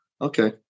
Okay